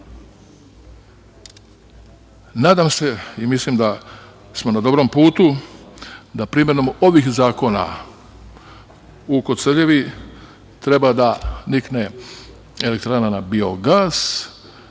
se i mislim da smo na dobrom putu da primenom ovih zakona u Koceljevi treba da nikne elektrana na biogas.